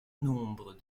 nombre